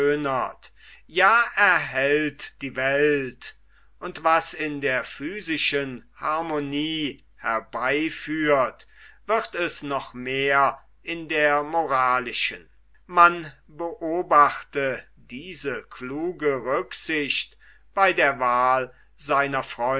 ja erhält die welt und was in der physischen harmonie herbeiführt wird es noch mehr in der moralischen man beobachte diese kluge rücksicht bei der wahl seiner